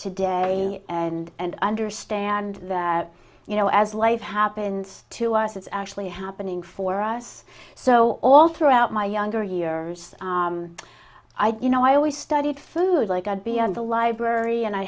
today and and understand that you know as life happens to us it's actually happening for us so all throughout my younger years i you know i always studied food like i'd be on the library and i